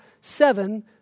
seven